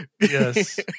Yes